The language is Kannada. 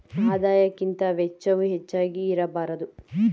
ಆದಾಯಕ್ಕಿಂತ ವೆಚ್ಚವು ಹೆಚ್ಚಾಗಿ ಇರಬಾರದು